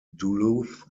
duluth